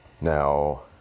Now